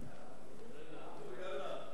33, נגד, אין, נמנעים,